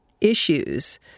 issues